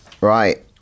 Right